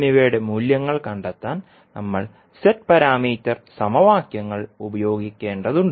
എന്നിവയുടെ മൂല്യങ്ങൾ കണ്ടെത്താൻ നമ്മൾ z പാരാമീറ്റർ സമവാക്യങ്ങൾ ഉപയോഗിക്കേണ്ടതുണ്ട്